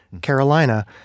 Carolina